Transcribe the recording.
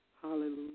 Hallelujah